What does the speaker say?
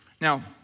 Now